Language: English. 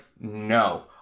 no